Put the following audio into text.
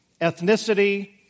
ethnicity